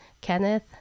Kenneth